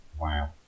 wow